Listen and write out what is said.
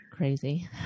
crazy